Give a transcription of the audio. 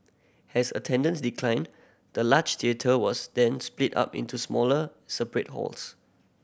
has attendance declined the large theatre was then split up into smaller separate halls